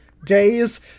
days